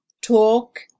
talk